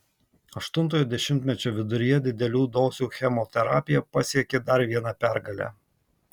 aštuntojo dešimtmečio viduryje didelių dozių chemoterapija pasiekė dar vieną pergalę